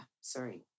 sorry